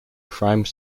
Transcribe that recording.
crime